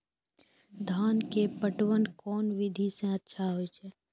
धान के पटवन कोन विधि सै अच्छा होय छै?